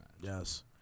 Yes